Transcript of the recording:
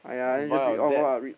buy your Dad